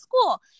school